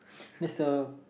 there's a